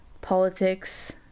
politics